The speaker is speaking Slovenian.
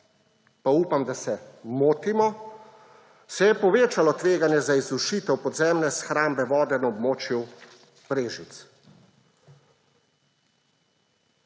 pa upam, da se motimo, se je povečalo tveganje za izsušitev podzemne shrambe vode na območju Brežic.